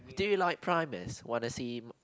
do you like primates wanna see